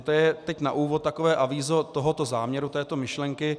To je na úvod takové avízo tohoto záměru, této myšlenky.